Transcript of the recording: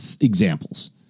examples